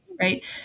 right